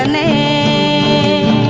ah a